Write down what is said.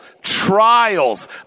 trials